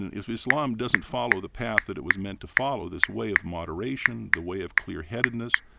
if islam doesn't follow the path that it was meant to follow, this way of moderation, the way of clear-headedness,